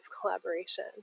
collaboration